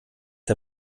der